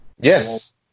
Yes